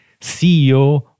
CEO